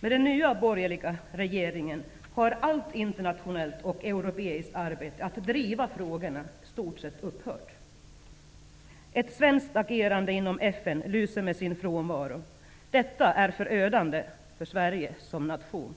Med den nya borgerliga samlingsregeringen har allt internationellt och europeiskt arbete att driva frågorna i stort sett upphört. Ett svenskt agerande inom FN lyser med sin frånvaro. Detta är förödande för Sverige som nation.